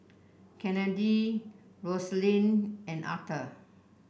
Kennedi Rosalind and Arther